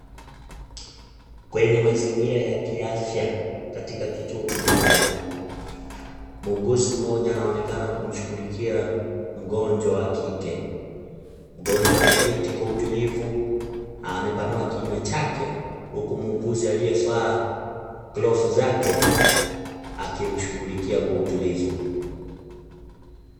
Kwenye mazingira ya kiafya katika kituo kimoja. Muuguzi mmoja anaonekana kumshughulikia mgonjwa wa kike. Mgonjwa ameketi kwa utulivu na amepanua kinywa chake huku muuguzi aliyevaa glovu zake akimshughulikia kwa utulivu.